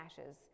ashes